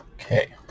Okay